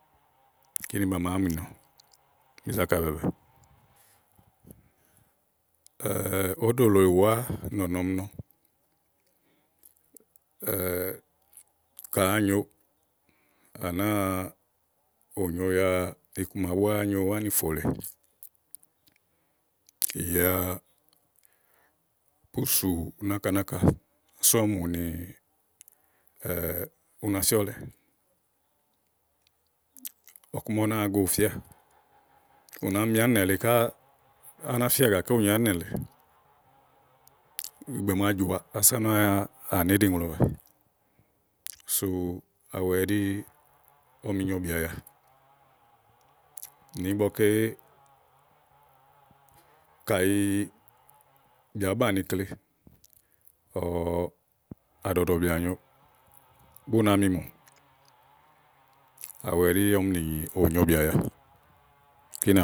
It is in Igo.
ímɛ̀ à màá mi nɔ̀ɔ, bi zákà bɛ̀ɛɛ̀bɛ̀ɛ óɖò lèe ùwá nɔ̀nɔ ɔmi nɔ ka ànàáa nyo à nàáa ònyo ya ikuma búá a nyo ánìfo lèe, ì ya púsù náka náka, úni sú ɔmi mù ni u na fíɔlɛ ɔku màa ú náa go ù fíà ù nà mi mì ánìmɛ̀ lèe ká á nà fíà gàké ù nyo ánìnɛ̀ lèe ìnì màaké jɔà ása ú náa ni ìɖì ŋlɔwɛ sò awu ɛɖí ɔmi nì nyobìà ya ŋì ígbɔké kayi bìà bùú banìi ikle ɔwɔ àɖɔ̀ɖɔ̀ bìà nyo bú na mi nù awu ɛɖí ɔmi nì ònyobìà ya.